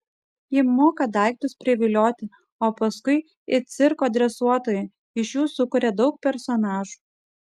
ji moka daiktus privilioti o paskui it cirko dresuotoja iš jų sukuria daug personažų